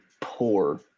poor